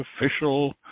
official